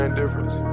difference